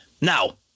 Now